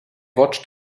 watched